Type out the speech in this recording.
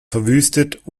verwüstet